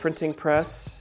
printing press